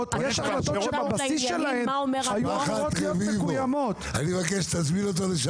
שבבסיס שלהן היו אמורות להיות מקוימות.